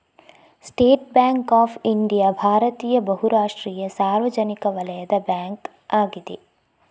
state Bank of India ಭಾರತೀಯ ಬಹು ರಾಷ್ಟ್ರೀಯ ಸಾರ್ವಜನಿಕ ವಲಯದ ಬ್ಯಾಂಕ್ ಅಗಿದೆ